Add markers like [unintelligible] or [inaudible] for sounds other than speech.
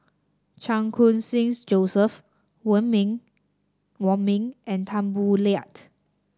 Chan Khun Sing Joseph [unintelligible] Ming Wong Ming and Tan Boo Liat